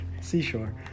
Seashore